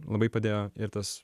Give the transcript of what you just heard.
labai padėjo ir tas